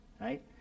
right